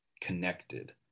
connected